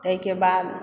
ताहिके बाद